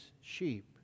sheep